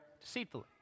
deceitfully